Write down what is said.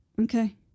okay